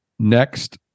Next